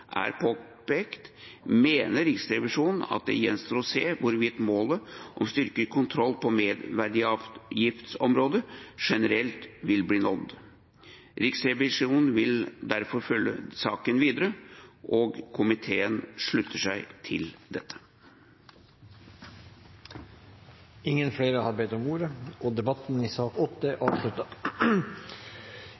er påpekt, mener Riksrevisjonen at det gjenstår å se hvorvidt målet om styrket kontroll på merverdiavgiftsområdet generelt vil bli nådd. Riksrevisjonen vil derfor følge saken videre, og komiteen slutter seg til dette. Flere har ikke bedt om ordet til sak nr. 8. Kontroll- og